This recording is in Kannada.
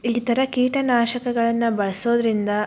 ಈ ಥರ ಕೀಟನಾಶಕಗಳನ್ನು ಬಳಸೋದ್ರಿಂದ